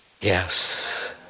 Yes